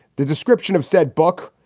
the description of said book,